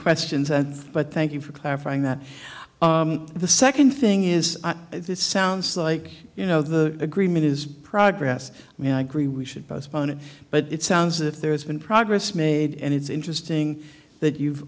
questions but thank you for clarifying that the second thing is this sounds like you know the agreement is progress and i agree we should postpone it but it sounds as if there's been progress made and it's interesting that you've